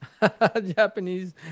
Japanese